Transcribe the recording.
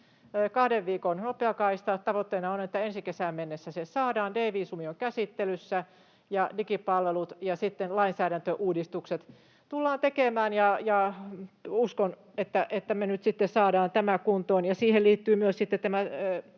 kahden viikon nopea kaista. Tavoitteena on, että ensi kesään mennessä se saadaan. D-viisumi on käsittelyssä, ja digipalvelut ja lainsäädäntöuudistukset tullaan tekemään. Uskon, että me nyt sitten saadaan tämä kuntoon. Siihen liittyy myös